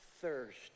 thirst